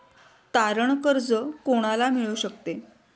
तारण कर्ज कोणाला मिळू शकते?